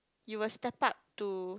you will step up to